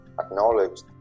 acknowledged